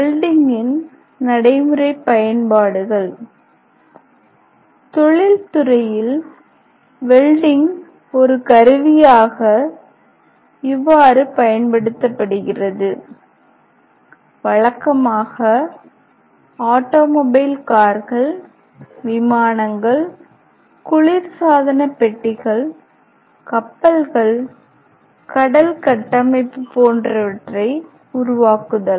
வெல்டிங்கின் நடைமுறை பயன்பாடுகள் தொழில்துறையில் வெல்டிங் ஒரு கருவியாக இவ்வாறு பயன்படுத்தப்படுகிறது வழக்கமாக ஆட்டோமொபைல் கார்கள் விமானங்கள் குளிர்சாதன பெட்டிகள் கப்பல்கள் கடல் கட்டமைப்பு போன்றவற்றை உருவாக்குதல்